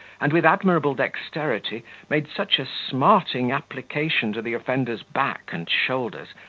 and with admirable dexterity made such a smarting application to the offender's back and shoulders,